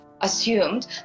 assumed